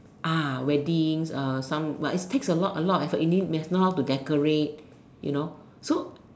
weddings some but it takes a lot a lot of effort I mean must know how to decorate you know so